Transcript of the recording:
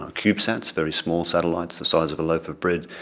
ah cubesats, very small satellites the size of a loaf of bread,